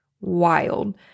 wild